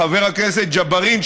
חבר הכנסת ג'בארין,